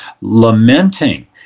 lamenting